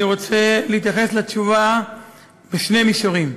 אני רוצה להתייחס לתשובה בשני מישורים,